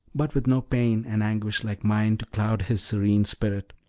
but with no pain and anguish like mine to cloud his serene spirit.